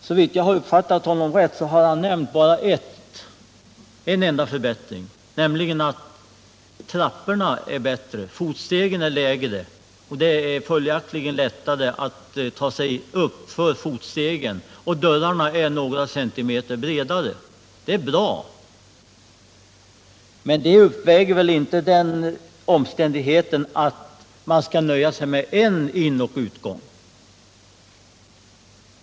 Såvida jag har uppfattat honom riktigt har han nämnt bara en enda förbättring, nämligen att fotstegen är lägre och att det följaktligen är lättare att ta sig upp på dem och att dörrarna är några centimeter bredare. Detta är bra, men det uppväger inte den omständigheten att man måste nöja sig med en inoch utgång.